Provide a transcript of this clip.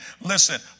listen